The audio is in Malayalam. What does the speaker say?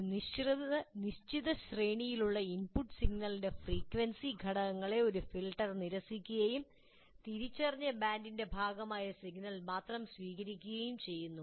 ഒരു നിശ്ചിത ശ്രേണിയിലുള്ള ഇൻപുട്ട് സിഗ്നലിന്റെ ഫ്രീക്വൻസി ഘടകങ്ങളെ ഒരു ഫിൽട്ടർ നിരസിക്കുകയും തിരിച്ചറിഞ്ഞ ബാൻഡിന്റെ ഭാഗമായ സിഗ്നൽ മാത്രം സ്വീകരിക്കുകയും ചെയ്യുന്നു